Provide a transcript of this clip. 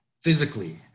physically